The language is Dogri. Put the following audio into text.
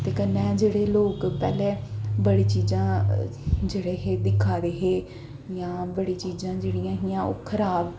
ते कन्नै जेह्ड़े लोग पैह्लें बड़ी चीजां जेह्ड़े हे दिक्खा दे हे जि'यां बड़ी चीजां जेह्ड़ियां हियां ओह् खराब